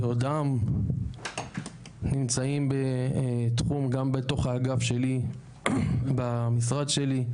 ועודם נמצאים בתחום גם בתוך האגף שלי במשרד שלי,